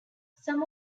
some